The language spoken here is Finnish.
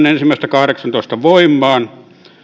ensimmäistä kahdeksaantoista voimaan